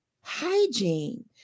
hygiene